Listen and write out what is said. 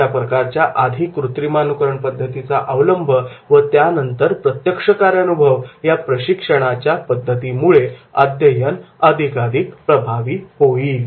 अशा प्रकारच्या आधी कृत्रिमानुकरण पद्धतीचा अवलंब व त्यानंतर प्रत्यक्ष कार्यानुभव या प्रशिक्षणाच्या पद्धतीमुळे अध्ययन अधिकाधिक प्रभावी होईल